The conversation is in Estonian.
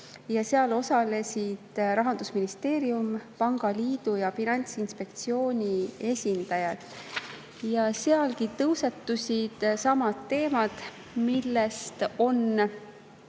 Siis osalesid Rahandusministeeriumi, pangaliidu ja Finantsinspektsiooni esindajad ja ka siis tõusetusid samad teemad, millest on